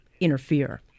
interfere